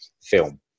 film